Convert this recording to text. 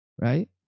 right